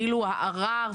כאילו הערר,